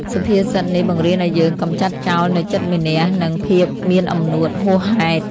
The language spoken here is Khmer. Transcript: សុភាសិតនេះបង្រៀនឱ្យយើងកម្ចាត់ចោលនូវចិត្តមានះ និងភាពមានអំនួតហួសហេតុ។